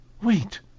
Wait